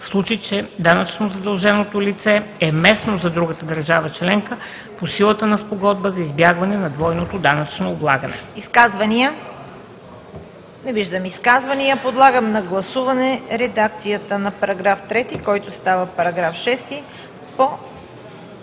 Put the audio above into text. в случай че данъчно задълженото лице е местно за другата държава членка по силата на спогодба за избягване на двойното данъчно облагане.“